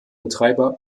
betreiber